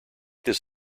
this